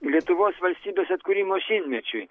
lietuvos valstybės atkūrimo šimtmečiui